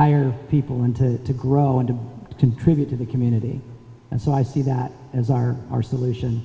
hire people and to to grow and to contribute to the community and so i see that as our our solution